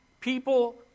people